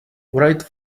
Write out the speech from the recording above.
write